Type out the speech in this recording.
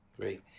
Great